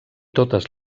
totes